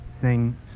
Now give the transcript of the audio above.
sing